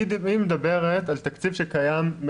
היא מדברת על תקציב שקיים,